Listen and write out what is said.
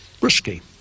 risky